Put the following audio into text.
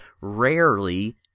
rarely